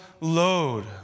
load